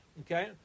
okay